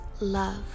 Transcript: love